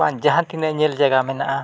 ᱵᱟᱝ ᱡᱟᱦᱟᱸ ᱛᱤᱱᱟᱹᱜ ᱧᱮᱞ ᱡᱟᱭᱜᱟ ᱢᱮᱱᱟᱜᱼᱟ